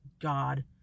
God